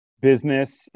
business